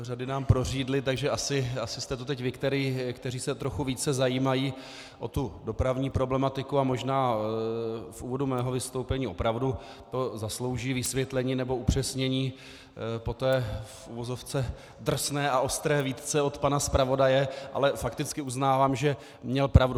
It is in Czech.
Řady nám prořídly, takže asi jste tu teď vy, kteří se trochu více zajímají o dopravní problematiku a možná v úvodu mého vystoupení opravdu to zaslouží vysvětlení nebo upřesnění po té v uvozovce drsné a ostré výtce od pana zpravodaje, ale fakticky uznávám, že měl pravdu.